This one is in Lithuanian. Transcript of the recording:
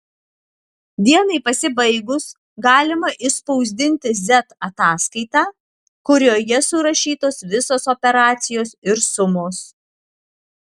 dienai pasibaigus galima išspausdinti z ataskaitą kurioje surašytos visos operacijos ir sumos